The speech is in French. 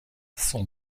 son